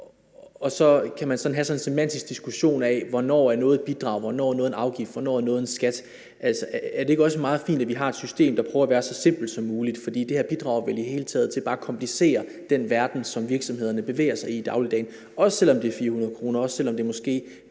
og så kan man have en semantisk diskussion af, hvornår noget er et bidrag, hvornår noget er en afgift, og hvornår noget er en skat. Er det ikke også meget fint, at vi har et system, der er så simpelt som muligt? For det her bidrager vel bare til at komplicere den verden, som virksomhederne bevæger sig i i dagligdagen. Selv om det kun er 400 kr., og selv om det måske